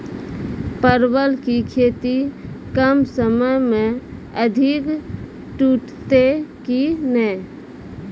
परवल की खेती कम समय मे अधिक टूटते की ने?